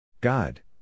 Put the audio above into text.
God